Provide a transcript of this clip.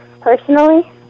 personally